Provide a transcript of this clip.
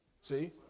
See